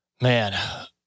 Man